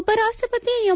ಉಪರಾಷ್ಟ್ರಪತಿ ಎಂ